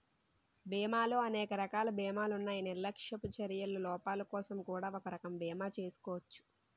బీమాలో అనేక రకాల బీమాలున్నాయి నిర్లక్ష్యపు చర్యల లోపాలకోసం కూడా ఒక రకం బీమా చేసుకోచ్చు